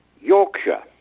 Yorkshire